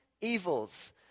evils